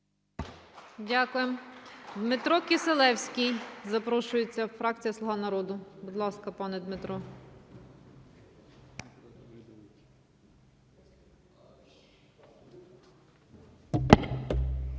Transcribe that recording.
Дякуємо. Дмитро Кисилевський запрошується, фракція "Слуга народу". Будь ласка, пане Дмитро.